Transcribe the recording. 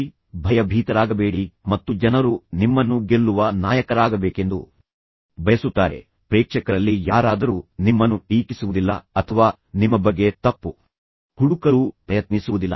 ಆದರೆ ಭಯಭೀತರಾಗಬೇಡಿ ಮತ್ತು ಜನರು ನಿಮ್ಮನ್ನು ಗೆಲ್ಲುವ ನಾಯಕರಾಗಬೇಕೆಂದು ಬಯಸುತ್ತಾರೆ ಪ್ರೇಕ್ಷಕರಲ್ಲಿ ಯಾರಾದರೂ ನಿಮ್ಮನ್ನು ಟೀಕಿಸುವುದಿಲ್ಲ ಅಥವಾ ನಿಮ್ಮ ಬಗ್ಗೆ ತಪ್ಪು ಹುಡುಕಲು ಪ್ರಯತ್ನಿಸುವುದಿಲ್ಲ